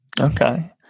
Okay